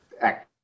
act